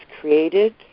created